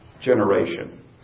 generation